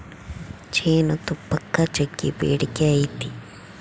ಜೇನುತುಪ್ಪಕ್ಕ ಜಗ್ಗಿ ಬೇಡಿಕೆ ಐತೆ